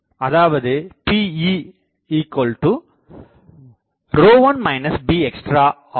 அதாவது Pe1 bextra ஆகும்